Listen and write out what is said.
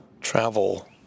travel